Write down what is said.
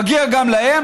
מגיע גם להם,